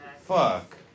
Fuck